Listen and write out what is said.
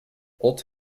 old